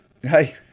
hey